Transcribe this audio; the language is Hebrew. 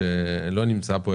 שלא נמצא פה,